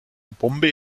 bombe